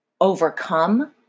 overcome